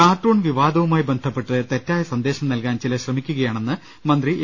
cartoon വിവാദവുമായി ബന്ധപ്പെട്ട് തെറ്റായ സന്ദേശം നൽകാൻ ചിലർ ശ്രമിക്കുകയാണെന്ന് മന്ത്രി എ